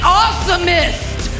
awesomest